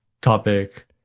Topic